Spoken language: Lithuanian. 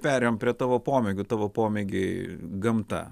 perėjom prie tavo pomėgių tavo pomėgiai gamta